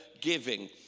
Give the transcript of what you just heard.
giving